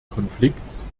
konflikts